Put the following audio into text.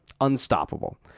unstoppable